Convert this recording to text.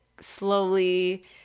slowly